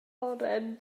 oren